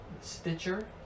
stitcher